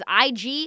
IG